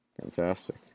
Fantastic